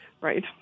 Right